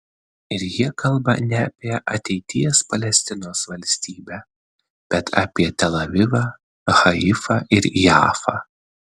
ir jie kalba ne apie ateities palestinos valstybę bet apie tel avivą haifą ir jafą